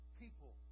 people